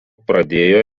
pradėjo